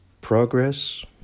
Progress